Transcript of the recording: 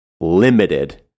limited